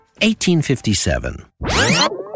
1857